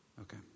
Okay